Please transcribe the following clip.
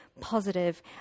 positive